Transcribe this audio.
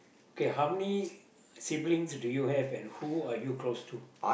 okay how many siblings do you have and who are you close to